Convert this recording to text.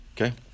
Okay